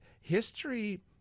history